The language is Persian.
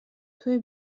توی